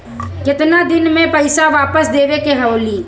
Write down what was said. केतना दिन में पैसा वापस देवे के होखी?